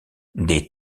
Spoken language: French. des